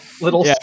little